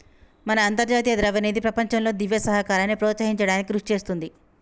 మన అంతర్జాతీయ ద్రవ్యనిధి ప్రపంచంలో దివ్య సహకారాన్ని ప్రోత్సహించడానికి కృషి చేస్తుంది